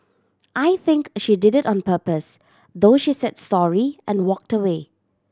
I think she did it on purpose though she said sorry and walked away